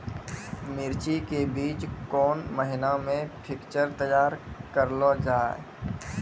मिर्ची के बीज कौन महीना मे पिक्चर तैयार करऽ लो जा?